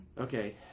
Okay